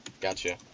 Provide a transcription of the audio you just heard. Gotcha